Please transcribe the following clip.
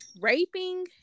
raping